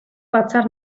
batzar